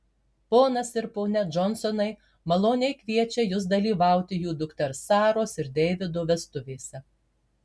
ponas ir ponia džonsonai maloniai kviečia jus dalyvauti jų dukters saros ir deivido vestuvėse